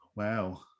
Wow